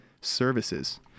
Services